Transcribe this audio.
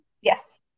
Yes